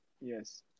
yes